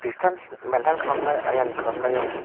distance maintain खालामनाय आयेन खालामनायाव